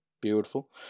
beautiful